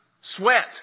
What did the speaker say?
sweat